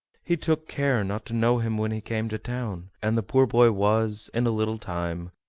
he took care not to know him when he came to town, and the poor boy was, in a little time,